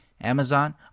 Amazon